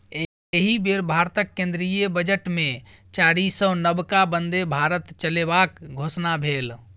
एहि बेर भारतक केंद्रीय बजटमे चारिसौ नबका बन्दे भारत चलेबाक घोषणा भेल